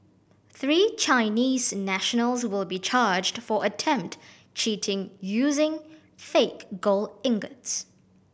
three Chinese nationals will be charged for attempted cheating using fake gold ingots